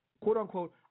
quote-unquote